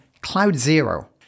CloudZero